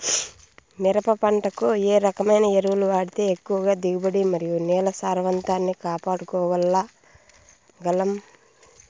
మిరప పంట కు ఏ రకమైన ఎరువులు వాడితే ఎక్కువగా దిగుబడి మరియు నేల సారవంతాన్ని కాపాడుకోవాల్ల గలం?